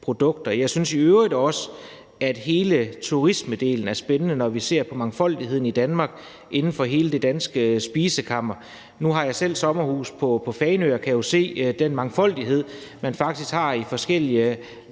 Jeg synes i øvrigt også, at hele turismedelen er spændende, når vi ser på mangfoldigheden i Danmark inden for hele det danske spisekammer. Nu har jeg selv sommerhus på Fanø og kan jo se den mangfoldighed, man f.eks. har af forskellige